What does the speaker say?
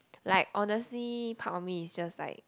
like honestly part of me is just like